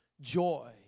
joy